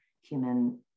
human